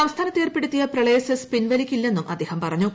സംസ്ഥാനത്ത് ഏർപ്പെടുത്തിയ പ്രളയ സെസ് പിൻവലിക്കില്ലെന്നും അദ്ദേഹം പറഞ്ഞു